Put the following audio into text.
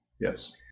Yes